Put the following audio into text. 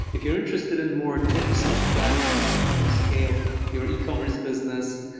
if you're interested in more tips and strategies on how to scale your ecommerce business,